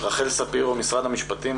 רחל ספירו ממשרד המשפטים.